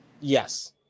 yes